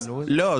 לא,